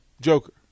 Joker